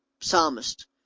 psalmist